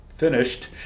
finished